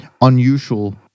unusual